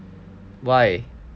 why